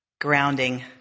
grounding